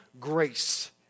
grace